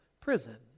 prison